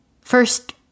first